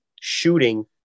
shooting